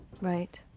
Right